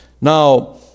Now